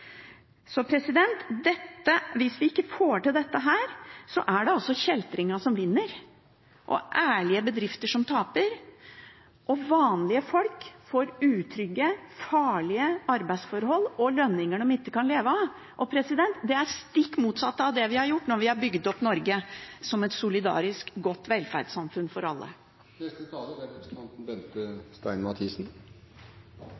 Så hvis vi ikke får til dette, er det altså kjeltringene som vinner, og ærlige bedrifter som taper. Og vanlige folk får utrygge, farlige arbeidsforhold og lønninger de ikke kan leve av. Og det er stikk motsatt av det vi har gjort når vi har bygget opp Norge som et solidarisk, godt velferdssamfunn for alle. Forslagsstillerne har tatt opp en viktig sak. Å jobbe for et anstendig arbeidsliv og bekjempe sosial dumping er